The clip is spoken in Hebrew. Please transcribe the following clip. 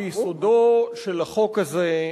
ביסודו של החוק הזה,